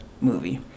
movie